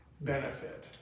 benefit